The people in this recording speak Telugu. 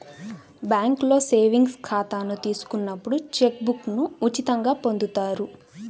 బ్యేంకులో సేవింగ్స్ ఖాతాను తీసుకున్నప్పుడు చెక్ బుక్ను ఉచితంగా పొందుతారు